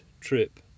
trip